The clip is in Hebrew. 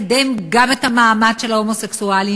לקדם גם את המעמד של ההומוסקסואלים,